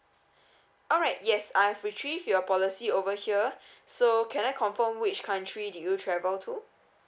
alright yes I've retrieve your policy over here so can I confirm which country do you travel to